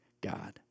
God